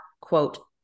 quote